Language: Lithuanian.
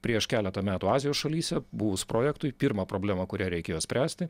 prieš keletą metų azijos šalyse buvus projektui pirma problema kurią reikėjo spręsti